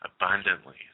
abundantly